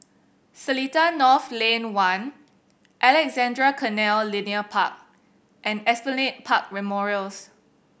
Seletar North Lane One Alexandra Canal Linear Park and Esplanade Park Memorials